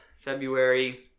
february